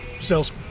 Sales